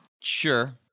Sure